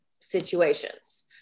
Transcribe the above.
situations